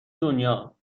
دنیا